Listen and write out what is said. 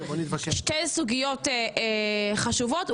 שתי סוגיות חשובות,